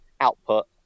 output